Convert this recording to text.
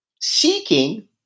Seeking